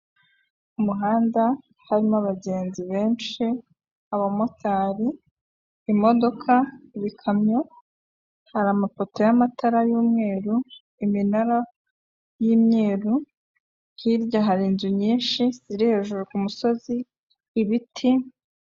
Umuhanda harimo abagenzi benshi, abamotari, imodoka, ibikamyo, hari amapoto y'amatara y'umweru, iminara y'imyeru, hirya hari inzu nyinshi ziri hejuru ku musozi, ibiti.